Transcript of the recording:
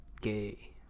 Gay